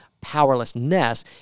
powerlessness